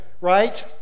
right